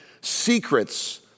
secrets